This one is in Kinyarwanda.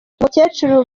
umukecuru